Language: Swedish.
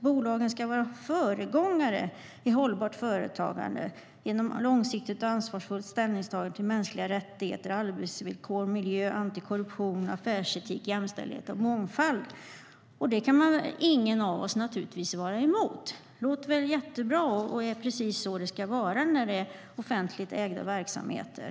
Bolagen ska vara föregångare i hållbart företagande genom ett långsiktigt och ansvarsfullt ställningstagande till mänskliga rättigheter, arbetsvillkor, miljö, antikorruption, affärsetik, jämställdhet och mångfald. Det kan naturligtvis ingen av oss vara emot. Det låter jättebra. Det är precis så det ska vara när det är offentligt ägda verksamheter.